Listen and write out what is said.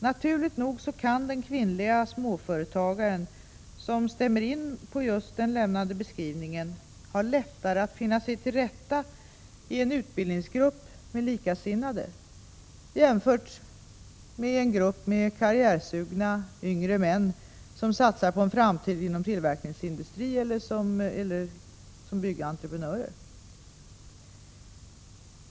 Naturligt nog kan den kvinnliga småföretagare som stämmer in på den just lämnade beskrivningen ha lättare att finna sig till rätta i en utbildningsgrupp med likasinnade jämfört med i en grupp karriärsugna yngre män som satsar på en framtid inom tillverkningsindustri eller som byggentreprenörer.